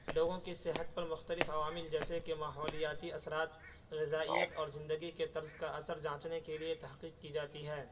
لوگوں کی صحت پر مختلف عوامل جیسے کہ ماحولیاتی اثرات غذائیت اور زندگی کے طرز کا اثر جانچنے کے لیے تحقیق کی جاتی ہے